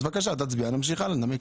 אז בבקשה, תצביע, נמשיך הלאה לנמק.